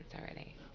already